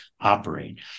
operate